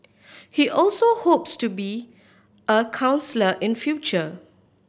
he also hopes to be a counsellor in future